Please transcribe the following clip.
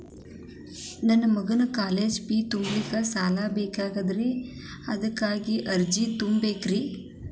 ನನ್ನ ಮಗನ college fee ತುಂಬಲಿಕ್ಕೆ ಸಾಲ ಬೇಕಾಗೆದ್ರಿ ಅದಕ್ಯಾವ ಅರ್ಜಿ ತುಂಬೇಕ್ರಿ?